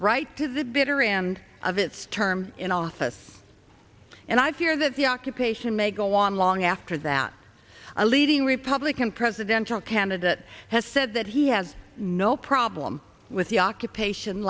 right to the bitter end of its term in office and i fear that the occupation may go on long after that a leading republican presidential candidate has said that he has no problem with the occupation